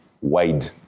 wide